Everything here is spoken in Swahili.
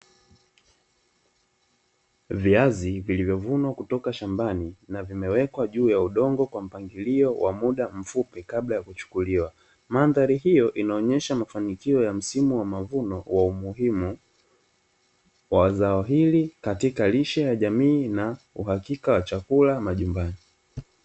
Viazi vilivyovunwa kutoka shambani na vimewekwa juu ya udongo kwa mpangilio wa muda mfupi kabla ya kuchukuliwa, mandhari hiyo inaonyesha mafanikio ya msimu wa mavuno wa umuhimu wa zao hili katika lishe ya jamii na uhakika wa chakula majumbani.